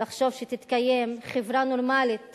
לחשוב שתתקיים חברה נורמלית